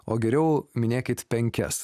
o geriau minėkit penkias